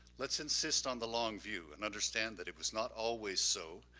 let's insist on the long view and understand that it was not always so,